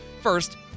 first